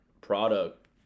product